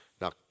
Now